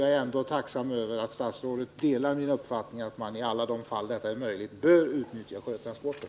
Jag är ändå tacksam för att statsrådet framhållit att han delar min uppfattning att man i alla de fall där det är möjligt bör överväga sjötransporter.